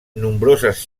nombroses